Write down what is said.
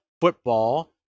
football